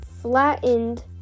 flattened